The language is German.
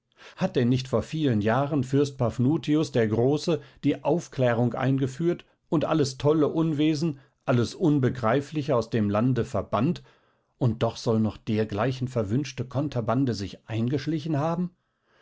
hat denn nicht vor vielen jahren fürst paphnutius der große die aufklärung eingeführt und alles tolle unwesen alles unbegreifliche aus dem lande verbannt und doch soll noch dergleichen verwünschte konterbande sich eingeschlichen haben